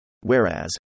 Whereas